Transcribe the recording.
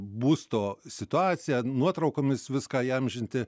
būsto situaciją nuotraukomis viską įamžinti